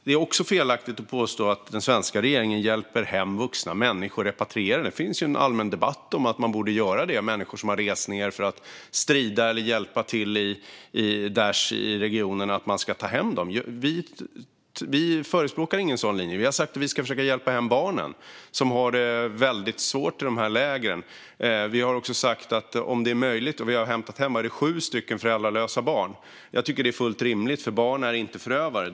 Det är också felaktigt att påstå att den svenska regeringen hjälper hem vuxna människor och repatrierar dem. Det finns en allmän debatt om att man borde göra det och ta hem dem. Det är människor som har rest ned för att strida eller hjälpa Daish i regionen. Vi förespråkar inte någon sådan linje. Vi har sagt att vi ska försöka hjälpa hem barnen som har det väldigt svårt i lägren. Vi har också sagt att vi ska göra det om det är möjligt. Vi har hämtat hem sju föräldralösa barn. Det är fullt rimligt, för barn är inte förövare.